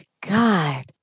God